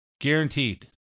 Guaranteed